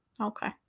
Okay